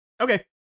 Okay